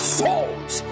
souls